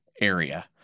area